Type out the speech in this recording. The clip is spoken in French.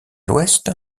l’ouest